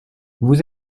vous